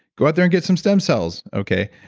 go out there and get some stem cells, okay?